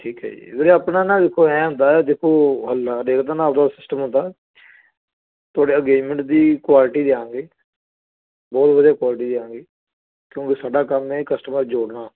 ਠੀਕ ਹੈ ਜੀ ਵੀਰੇ ਆਪਣਾ ਨਾ ਵੇਖੋ ਐਂ ਹੁੰਦਾ ਦੇਖੋ ਅੱਲਾ ਦੇਖਦਾ ਨਾ ਆਪਦਾ ਉਹ ਸਿਸਟਮ ਹੁੰਦਾ ਤੁਹਾਡੇ ਅੰਗੇਜ਼ਮੈਂਟ ਦੀ ਕੁਆਲਿਟੀ ਦਿਆਂਗੇ ਬਹੁਤ ਵਧੀਆ ਕੁਆਲਿਟੀ ਦਿਆਂਗੇ ਕਿਉਂਕਿ ਸਾਡਾ ਕੰਮ ਹੈ ਕਸਟਮਰ ਜੋੜਨਾ